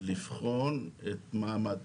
לבחון את המעמד.